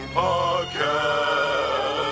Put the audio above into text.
podcast